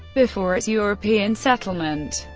before its european settlement,